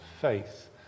faith